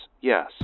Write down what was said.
yes